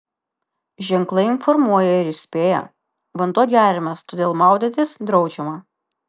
ženklai informuoja ir įspėja vanduo geriamas todėl maudytis draudžiama